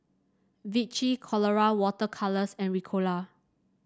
Vichy Colora Water Colours and Ricola